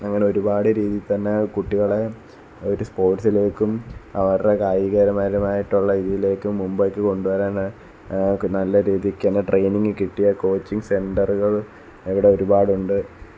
അങ്ങനെ ഒരുപാട് രീതിയിൽത്തന്നെ കുട്ടികളെ അവർ സ്പോര്ട്ട്സിലേക്കും അവരുടെ കായിക പരമായിട്ടുള്ള ഇതിലേക്കും മുമ്പേയ്ക്ക് കൊണ്ട് വരാനാണ് നല്ല രീതിക്കുതന്നെ ട്രെയിനിങ് കിട്ടിയ കോച്ചിംഗ് സെന്ററുകള് ഇവിടെ ഒരുപാടുണ്ട്